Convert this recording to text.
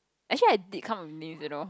actually I did come up with names you know